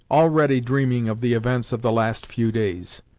already dreaming of the events of the last few days.